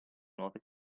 nuove